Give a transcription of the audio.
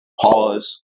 pause